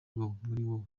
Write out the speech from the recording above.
wowe